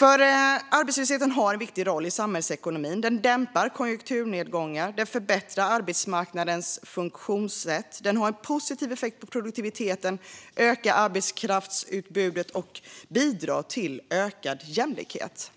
Arbetslöshetsförsäkringen har även en viktig roll i samhällsekonomin. Den dämpar konjunkturnedgångar, förbättrar arbetsmarknadens funktionssätt, har en positiv effekt på produktiviteten, ökar arbetskraftsutbudet och bidrar till ökad jämlikhet.